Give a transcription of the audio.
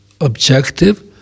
objective